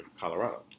Colorado